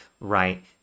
right